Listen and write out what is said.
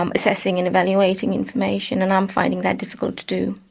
um assessing and evaluating information, and i'm finding that difficult to do.